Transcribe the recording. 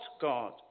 God